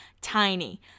tiny